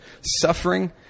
Suffering